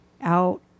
out